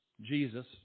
Jesus